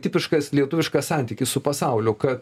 tipiškas lietuviškas santykis su pasauliu kad